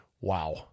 Wow